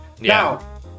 Now